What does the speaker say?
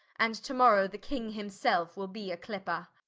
and to morrow the king himselfe will be a clipper.